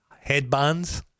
Headbands